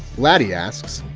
lati asks,